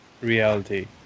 reality